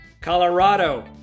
Colorado